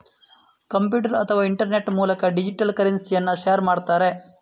computer ಅಥವಾ internet ಮೂಲಕ digital ಕರೆನ್ಸಿಯನ್ನ ಶೇರ್ ಮಾಡ್ತಾರೆ